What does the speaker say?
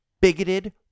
bigoted